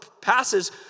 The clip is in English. passes